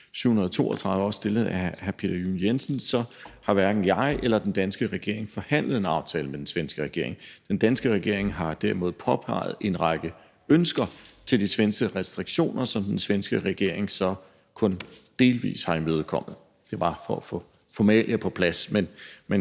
også er stillet af hr. Peter Juel-Jensen – at hverken jeg eller den danske regering har forhandlet en aftale med den svenske regering. Den danske regering har derimod udtrykt en række ønsker til de svenske restriktioner, som den svenske regering kun delvis har imødekommet. Det er bare for at få formalia på plads. Men